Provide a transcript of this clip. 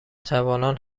جوانان